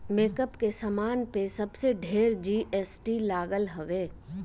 makeup के सामान पे सबसे ढेर जी.एस.टी लागल हवे